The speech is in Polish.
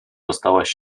dostałaś